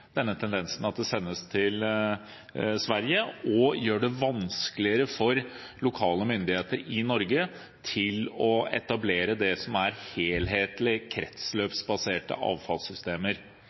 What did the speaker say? denne tendensen at det sendes til Sverige, og gjør det vanskeligere for lokale myndigheter i Norge å etablere